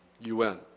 UN